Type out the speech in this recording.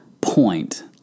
point